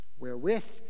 Wherewith